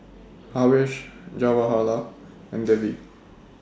Haresh Jawaharlal and Devi